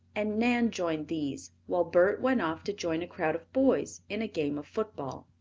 and nan joined these, while bert went off to join a crowd of boys in a game of football.